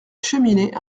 cheminée